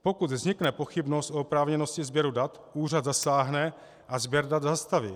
Pokud vznikne pochybnost o oprávněnosti sběru dat, úřad zasáhne a sběr dat zastaví.